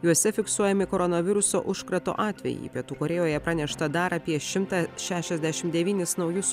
juose fiksuojami koronaviruso užkrato atvejai pietų korėjoje pranešta dar apie šimtą šešiasdešimt devynis naujus